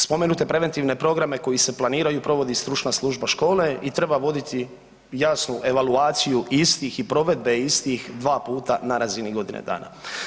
Spomenute preventivne programe koji se planiraju provodi stručna služba škole i treba voditi jasnu evaluaciju istih i provedbe istih 2 puta na razini godine dana.